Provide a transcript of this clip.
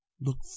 look